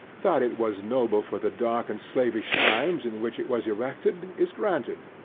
that it was noble for the dark and slavish times in which it was erected, is granted.